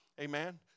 amen